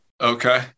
Okay